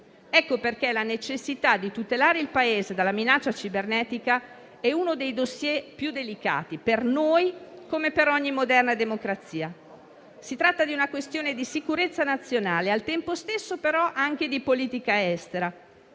Pertanto, la necessità di tutelare il Paese dalla minaccia cibernetica è uno dei *dossier* più delicati, per noi come per ogni moderna democrazia. Si tratta di una questione di sicurezza nazionale e, al tempo stesso, anche di politica estera.